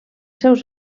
seus